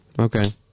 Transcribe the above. Okay